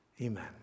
Amen